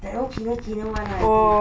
that one cina cina [one] ah I think